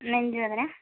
നെഞ്ച് വേദന